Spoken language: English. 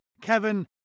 Kevin